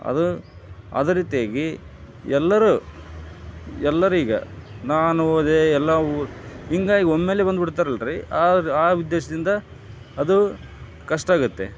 ಅದು ಅದೇ ರೀತಿಯಾಗಿ ಎಲ್ಲರೂ ಎಲ್ಲರೂ ಈಗ ನಾನು ಹೋದೆ ಎಲ್ಲ ಓ ಹಿಂಗಾಗ್ ಒಮ್ಮೆಲೆ ಬಂದುಬಿಡ್ತಾರಲ್ರಿ ಆ ಆ ಉದ್ದೇಶದಿಂದ ಅದು ಕಷ್ಟ ಆಗುತ್ತೆ